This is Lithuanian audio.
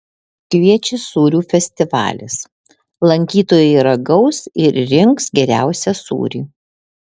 kviečia sūrių festivalis lankytojai ragaus ir rinks geriausią sūrį